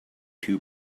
two